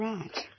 Right